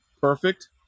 perfect